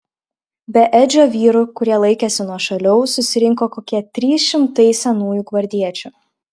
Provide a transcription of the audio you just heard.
be edžio vyrų kurie laikėsi nuošaliau susirinko kokie trys šimtai senųjų gvardiečių